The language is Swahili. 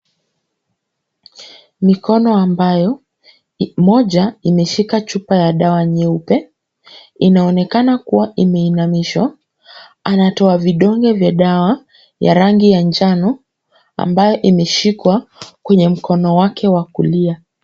Mikono ambayo moja imeshika chupa ya dawa nyeupe. Inaonekana kuwa imeinamishwa. Anatoa vidonge vya dawa ya rangi ya njano ambayo imeshikwa kwenye mkono wake wa kulia.